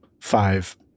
five